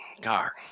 car